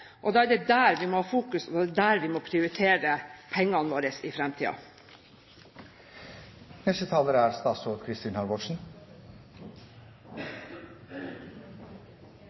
og da er det der vi må fokusere, og der vi må prioritere pengene våre i